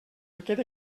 aquest